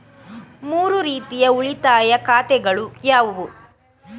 ಮೂರು ರೀತಿಯ ಉಳಿತಾಯ ಖಾತೆಗಳು ಯಾವುವು?